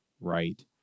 right